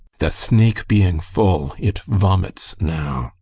the snake being full, it vomits now.